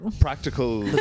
practical